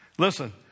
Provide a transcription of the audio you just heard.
Listen